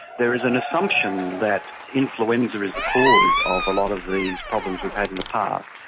there is an assumption that influenza is the cause of a lot of these problems we've had in the past,